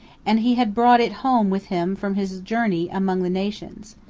and he had brought it home with him from his journey among the nations,